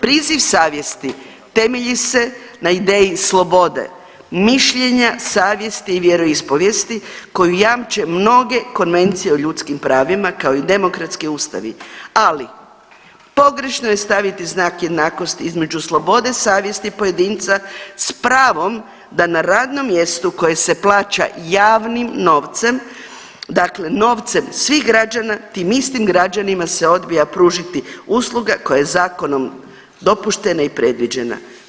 Priziv savjesti temelji se na ideji slobode, mišljenja savjesti i vjeroispovijesti koju jamče mnoge konvencije o ljudskim pravima kao i demokratski ustavi, ali pogrešno je staviti znak jednakosti između slobode savjesti pojedinca s pravom da na radnom mjestu koje se plaća javnim novcem, dakle novcem svih građana tih istim građanima se odbija pružiti usluga koja je zakonom dopuštena i predviđena.